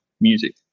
music